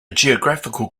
geographical